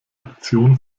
aktion